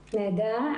תודה.